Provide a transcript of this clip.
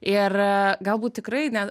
ir galbūt tikrai ne